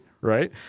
right